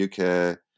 UK